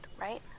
right